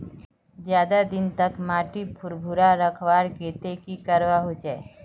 ज्यादा दिन तक माटी भुर्भुरा रखवार केते की करवा होचए?